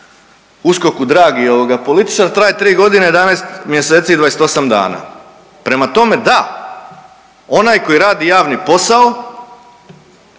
USKOK-u dragi političar traje tri godine, 11 mjeseci i 28 dana. Prema tome, da, onaj koji radi javni posao